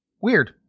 Weird